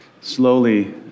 slowly